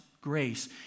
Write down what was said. grace